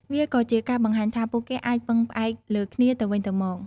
វាក៏ជាការបង្ហាញថា ពួកគេអាចពឹងផ្អែកលើគ្នាទៅវិញទៅមក។